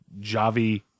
Javi